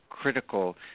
Critical